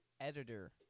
editor